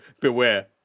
Beware